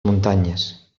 muntanyes